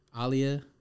Alia